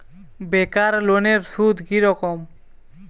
বেকার লোনের সুদ কি রকম?